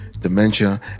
dementia